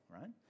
right